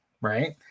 right